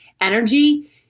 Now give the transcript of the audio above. energy